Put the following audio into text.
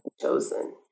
chosen